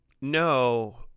No